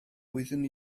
wyddwn